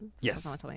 Yes